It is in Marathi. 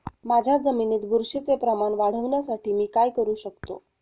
माझ्या जमिनीत बुरशीचे प्रमाण वाढवण्यासाठी मी काय करू शकतो?